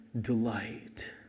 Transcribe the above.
delight